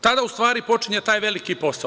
Tada u stvari počinje taj veliki posao.